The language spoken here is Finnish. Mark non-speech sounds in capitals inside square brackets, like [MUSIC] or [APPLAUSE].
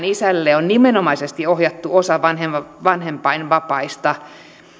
[UNINTELLIGIBLE] isälle on nimenomaisesti ohjattu osa vanhempainvapaista